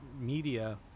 Media